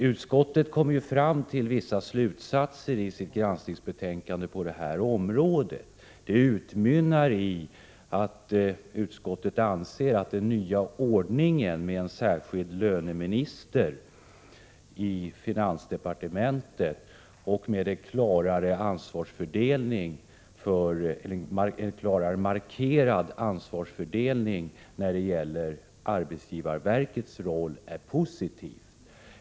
Utskottet kommer fram till vissa slutsatser på det här området i sitt granskningsbetänkande, som utmynnar i att utskottet anser att den nya ordningen med en särskild löneminister i finansdepartementet och med en klarare markerad ansvarsfördelning när det gäller arbetsgivarverkets roll är positiv.